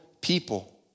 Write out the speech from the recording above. people